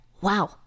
wow